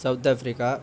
South Africa